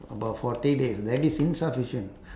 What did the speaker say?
about forty days that is insufficient